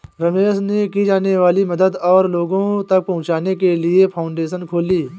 रमेश ने की जाने वाली मदद को और लोगो तक पहुचाने के लिए फाउंडेशन खोली